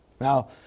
Now